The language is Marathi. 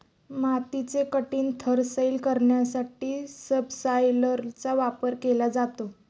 मातीचे कठीण थर सैल करण्यासाठी सबसॉयलरचा वापर केला जातो